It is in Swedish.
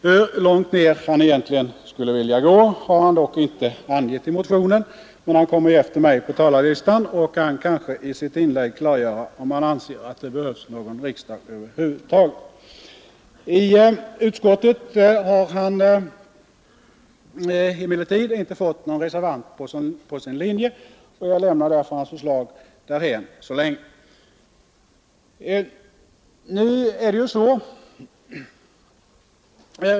Hur långt ned han egentligen skulle vilja gå har han dock inte angivit i motionen, men han kommer efter mig på talarlistan och kan kanske i sitt inlägg klargöra om han anser att det behövs någon riksdag över huvud taget. I utskottet har han emellertid inte fått någon reservant på sin linje, och jag lämnar därför hans förslag därhän så länge.